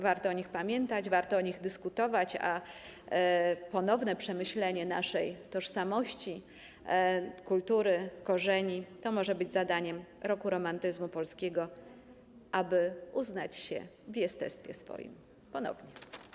Warto o nich pamiętać, warto o nich dyskutować, a ponowne przemyślenie naszej tożsamości, kultury, korzeni może być zadaniem Roku Romantyzmu Polskiego, aby uznać się w jestestwie swoim ponownie.